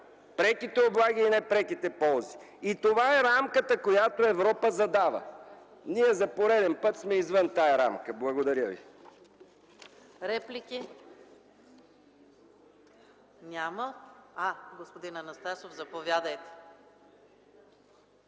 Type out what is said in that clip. Преките облаги и непреките ползи – това е рамката, която Европа задава. Ние за пореден път сме извън тази рамка. Благодаря Ви.